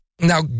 Now